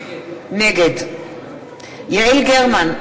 נגד יעל גרמן,